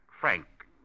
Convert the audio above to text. Frank